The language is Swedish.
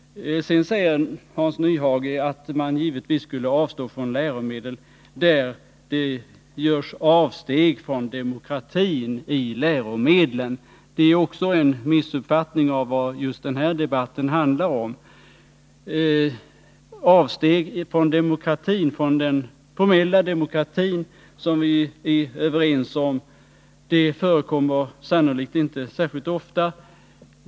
Sedan säger Hans Nyhage att man givetvis skulle avstå från läromedel i vilka det görs avsteg från demokratin. Det är också en missuppfattning av vad den här debatten handlar om. Avsteg från den formella demokratin, som vi är överens om, förekommer sannolikt inte särskilt ofta.